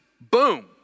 Boom